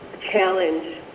challenge